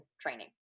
training